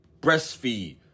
breastfeed